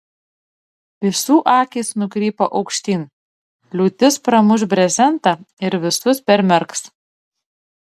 visų akys nukrypo aukštyn liūtis pramuš brezentą ir visus permerks